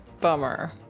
Bummer